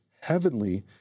heavenly